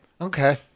okay